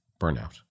burnout